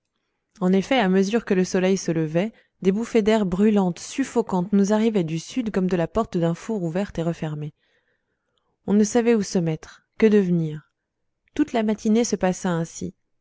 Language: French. en effet à mesure que le soleil se levait des bouffées d'air brûlantes suffocantes nous arrivaient du sud comme de la porte d'un four ouverte et refermée on ne savait où se mettre que devenir toute la matinée se passa ainsi